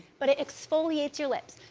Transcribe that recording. but it exfoliates your lips.